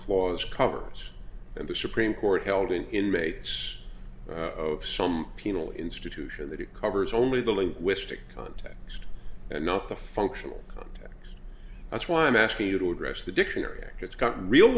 clause covers and the supreme court held an inmate's of some penal institution that it covers only the linguistic context and not the functional that's why i'm asking you to address the dictionary it's got real